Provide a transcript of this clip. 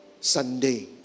sunday